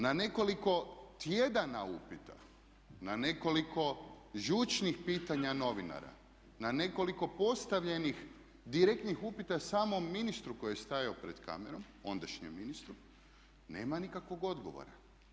Na nekoliko tjedana upita, na nekoliko žučnih pitanja novinara, na nekoliko postavljenih direktnih upita samom ministru koji je stajao pred kamerom, ondašnjem ministru nema nikakvog odgovora.